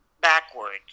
backwards